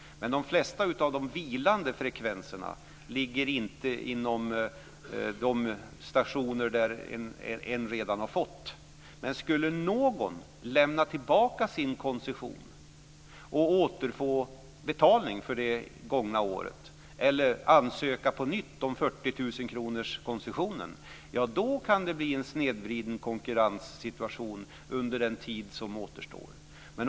De flesta av de vilande frekvenserna ligger dock inte inom de stationer där en redan har fått utrymme. Men skulle någon lämna tillbaka sin koncession och återfå betalning för det gångna året eller ansöka på nytt om 40 000-kronorskoncessionen, kan det bli en snedvriden konkurrenssituation under den tid som återstår.